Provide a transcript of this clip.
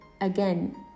again